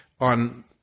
on